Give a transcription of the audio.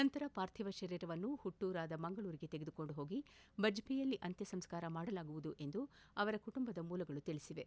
ನಂತರ ಪಾರ್ಥೀವ ಶರೀರವನ್ನು ಹುಟ್ಲೂರಾದ ಮಂಗಳೂರಿಗೆ ತೆಗೆದುಕೊಂಡು ಹೋಗಿ ಬಜ್ವೆಯಲ್ಲಿ ಅಂತ್ಯ ಸಂಸ್ಕಾರ ಮಾಡಲಾಗುವುದು ಎಂದು ಅವರು ಕುಟುಂಬದ ಮೂಲಗಳು ತಿಳಿಸಿವೆ